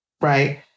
right